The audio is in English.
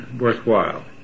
worthwhile